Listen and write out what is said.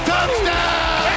Touchdown